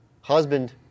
Husband